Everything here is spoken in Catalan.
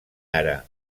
ara